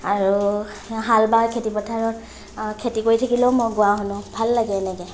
আৰু হাল বাই খেতি পথাৰত খেতি কৰি থাকিলেও মই গোৱা শুনো ভাল লাগে এনেকৈ